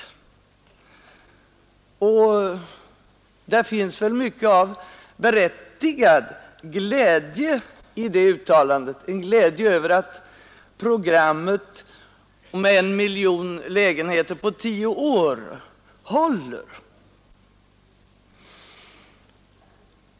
I det uttalandet finns mycket av berättigad glädje över att programmet om en miljon lägenheter på tio å: håller.